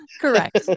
Correct